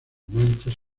manchas